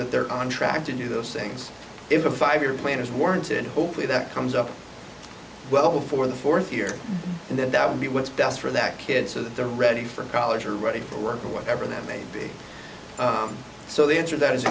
that they're on track to do those things if a five year plan is warranted hopefully that comes up well before the fourth year and then that would be what's best for that kid so that they're ready for college or ready for work or whatever that may be so the answer that is